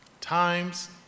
times